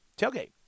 Tailgate